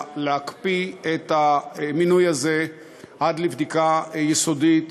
להקפיא את המינוי הזה עד לבדיקה יסודית